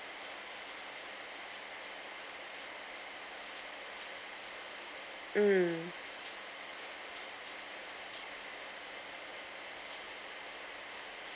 mm